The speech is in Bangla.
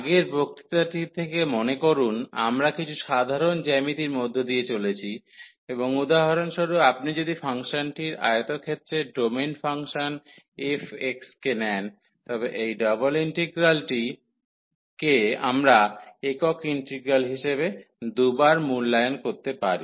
আগের বক্তৃতাটি থেকে মনে করুন আমরা কিছু সাধারণ জ্যামিতির মধ্য দিয়ে চলেছি এবং উদাহরণস্বরূপ আপনি যদি ফাংশনটির আয়তক্ষেত্রের ডোমেন ফাংশন fx নেন তবে এই ডাবল ইন্টিগ্রালটিকে আমরা একক ইন্টিগ্রাল হিসাবে দুবার করে মূল্যায়ন করতে পারি